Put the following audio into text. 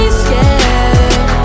scared